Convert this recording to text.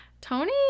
tony